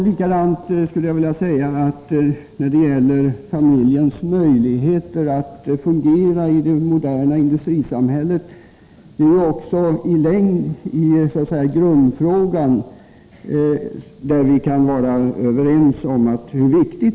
Vi kan också vara överens om hur viktig frågan om familjens möjligheter att fungera i det moderna industrisamhället är.